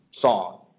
song